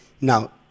now